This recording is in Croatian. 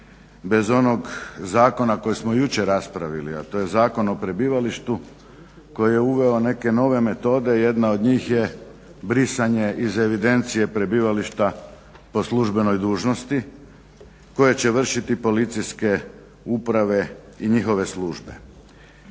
bez onog zakona koji smo jučer raspravili a to je Zakon o prebivalištu koji je uveo neke nove metode. Jedna od njih je brisanje iz evidencije prebivališta po službenoj dužnosti koje će vršiti policijske uprave i njihove službe.